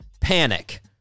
panic